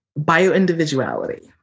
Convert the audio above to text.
bioindividuality